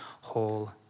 whole